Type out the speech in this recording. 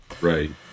Right